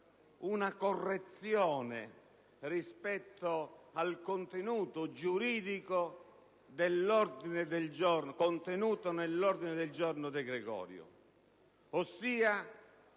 una correzione rispetto al contenuto giuridico dell'ordine del giorno De Gregorio: ossia